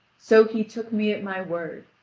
so he took me at my word,